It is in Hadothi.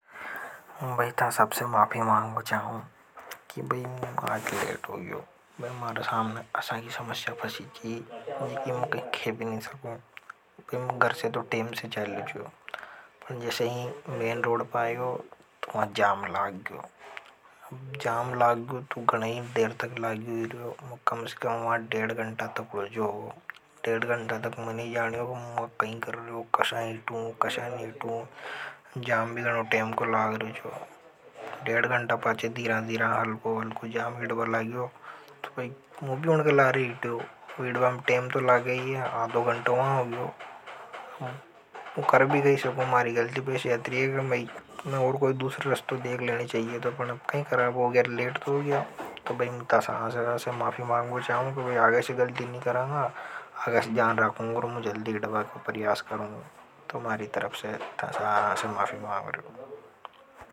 मैं भाई था सबसे माफ़ी मांग चाहूँ कि भाई मुझे आज लेट हो गया हूँ। मैं मारे सामने असा की समस्या फ़सी थी कि मुझे कहे भी नहीं खे सकूँ। मुझे गर से तो टेम से चालियो छो। पर जैसे ही मेन रोड पाए हो तो वहाँ जाम लाग गयो। जाम लाग गयो तो गणाई देर तक लाग गयो ही रहे हो। मु कम से कम देड़ गंटा तक उल्झो होगो। देड़ गंटा तक मैने ही जानियों की नहीं जाने हो कि मुझे कहीं। कशा इटू, कशा नहीं इटू। जाम भी गणो टेम को लाग रहे हो। तो डेढ़ घंटा पांचे दीरां दीरां हल्को हल्को जाम ही डबा लागियो तो भाई मुझे उनके ला ही हितियो। टाइम तो ला गई है आदों घंटों वह हो गया हूं वह कर भी गई सब मारी गलती पर शैत्री है कि मैं इन और कोई। दूसरे रस्तों देख लेने चाहिए तो अपने अपने कहा रहा हुआ गया लेट तो हो गया तो भाई मुझे तरह से माफ़ी माँगो। आगे से गलती नहीं कराएंगा अगर जान रखूंगे मुझे जल्दी डबा को परियास करूं तो मारी तरफ से तरह से माफ़ी माँगो।